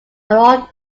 all